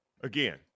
again